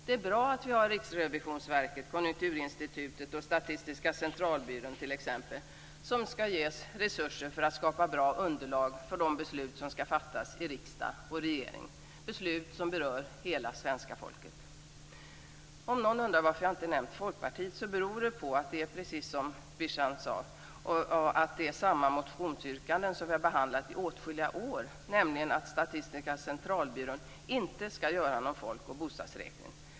Det är bra att vi t.ex. har Riksrevisionsverket, Konjunkturinstitutet och Statistiska centralbyrån som ges resurser för att skapa bra underlag för de beslut som ska fattas av riksdagen och regeringen. Det är beslut som berör hela svenska folket. Någon kanske undrar varför jag inte har nämnt Folkpartiet. Det beror på att det, precis som Bijan Fahimi sade, är samma motionsyrkande som vi har behandlat i åtskilliga år, nämligen att Statistiska centralbyrån inte ska göra någon folk och bostadsräkning.